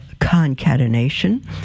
concatenation